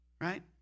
Right